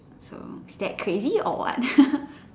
so is that crazy or what